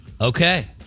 okay